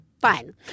fine